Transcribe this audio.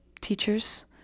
teachers